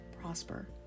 prosper